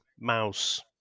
mouse